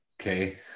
Okay